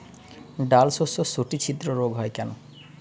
ডালশস্যর শুটি ছিদ্র রোগ হয় কেন?